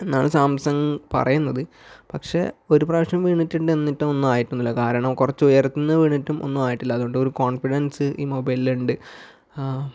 എന്നാണ് സാംസങ് പറയുന്നത് പക്ഷേ ഒരു പ്രാവശ്യം വീണിട്ടുണ്ട് എന്നിട്ടും ഒന്നും ആയിട്ടൊന്നുമില്ല കാരണം കുറച്ചു ഉയരത്തു നിന്ന് വീണിട്ടും ഒന്നും ആയിട്ടില്ല അതുകൊണ്ട് ഒരു കോൺഫിഡൻസ് ഈ മൊബൈലിൽ ഉണ്ട്